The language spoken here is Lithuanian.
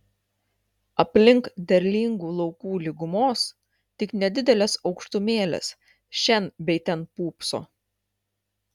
aplink derlingų laukų lygumos tik nedidelės aukštumėlės šen bei ten pūpso